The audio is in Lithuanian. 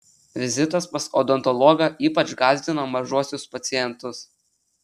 vizitas pas odontologą ypač gąsdina mažuosius pacientus